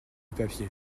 papier